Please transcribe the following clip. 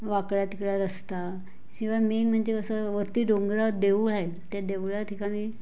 वाकडा तिकडा रस्ता शिवाय मेन म्हणजे कसं वरती डोंगरावर देऊळ आहे त्या देऊळा ठिकाणी